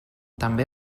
també